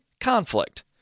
conflict